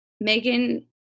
Megan